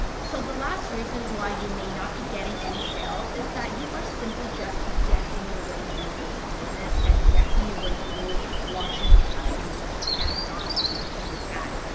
so the last reason why you may not be getting any sales is that you are simply just guessing your way through this business and guessing your way through launching your product using amazon ppc ads.